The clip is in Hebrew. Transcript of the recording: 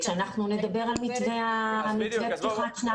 כשאנחנו נדבר על מתווה פתיחת שנת הלימודים.